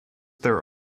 there